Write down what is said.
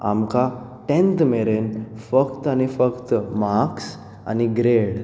आमकां टेंन्थ मेरेन फक्त आनी फक्त माक्स आनी ग्रेड